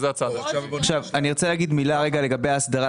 אני רוצה להגיד מילה לגבי ההסדרה.